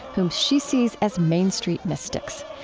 whom she sees as main street mystics.